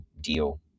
deal